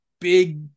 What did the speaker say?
big